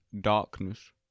darkness